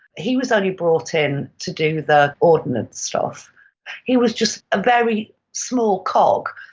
he was only brought in to do the ordinance stuff he was just a very small cog.